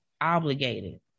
obligated